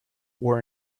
wore